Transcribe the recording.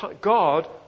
God